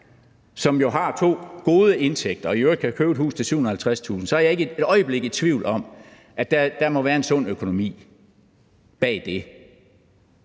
som jo har to gode indtægter og i øvrigt kan købe et hus til 750.000 kr., så er jeg ikke et øjeblik i tvivl om, at der må være en sund økonomi bag det,